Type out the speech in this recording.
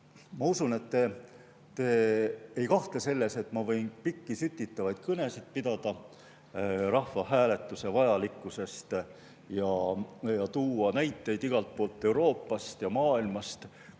Ma usun, et te ei kahtle, et ma võin pidada pikki sütitavaid kõnesid rahvahääletuse vajalikkusest ja tuua näiteid igalt poolt Euroopast ja maailmast,